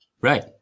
right